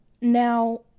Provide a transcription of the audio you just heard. Now